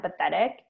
empathetic